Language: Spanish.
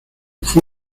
fue